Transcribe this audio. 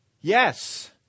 Yes